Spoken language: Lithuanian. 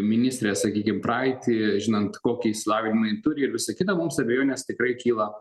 ministrės sakykim praeitį žinant kokį išsilavinimą ji turi ir visa kita mums abejonės tikrai kyla